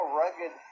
rugged